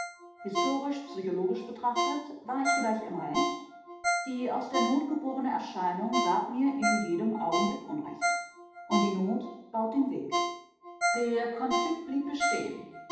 wären historisch psychologisch betrachtet war ich vielleicht im recht die aus der not geborene erscheinung gab mir in jedem augenblick unrecht und die not baut den weg der konflikt blieb bestehen